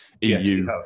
EU